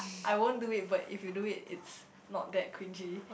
I won't do it but if you do it it's not that cringey